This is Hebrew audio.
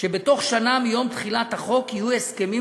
שבתוך שנה מיום תחילת החוק יהיו הסכמים